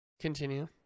Continue